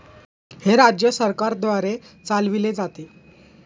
हे राज्य सरकारद्वारे चालविले जाते